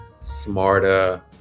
smarter